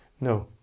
No